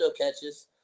catches